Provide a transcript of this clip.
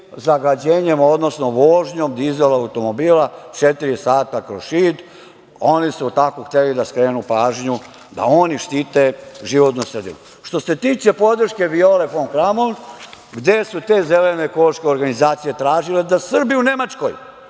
zagađenjem, odnosno vožnjom dizel automobila četiri sata kroz Šid. Oni su tako hteli da skrenu pažnju da oni štite životnu sredinu. Što se tiče podrške Viole fon Kramon, gde su te zelene ekološke organizacije tražile da Srbi u Nemačkoj